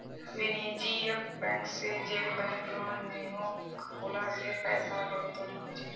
वानिज्ज्यिक बैंक से जेल बैंक लोन मिलोह उला से पैसार बढ़ोतरी होछे